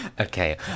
Okay